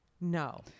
no